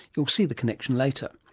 you'll see the connection later.